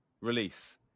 release